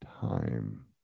time